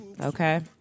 okay